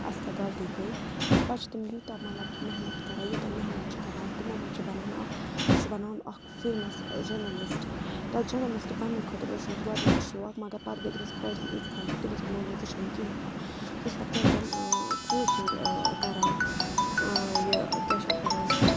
اَسہِ کیاہ غلطی گٔے پَتہٕ چھِ تِم یوٗتاہ مطلب محنت کَران یوٗتاہ محنت چھِ کَران تِمو منٛز چھِ بَنان اَکھ سُہ چھُ بَناوان اَکھ فیمَس جٔرنٛلِسٹہٕ تَتھ جٔرنَلِسٹ بَنٛنہٕ خٲطرٕ اوس أمِس گۄڈنِکٕے شوق مگر پَتہٕ گٔے تٔمِس کالِجہِ اِژھ غلطی تٔمِس ووٚن مٲل مٲج ژےٚ چھِنہٕ کِہیٖنۍ کَر سُہ اوس پَتہٕ گَرِکٮ۪ن ژوٗرِ ژوٗرِ کَران یہِ کیٛاہ چھِ اَتھ وَنان